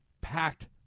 packed